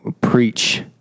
Preach